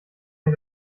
mir